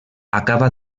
acaba